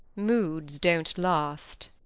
moods don't last.